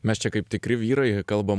mes čia kaip tikri vyrai kalbam